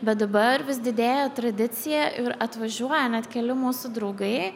bet dabar vis didėja tradicija ir atvažiuoja net keli mūsų draugai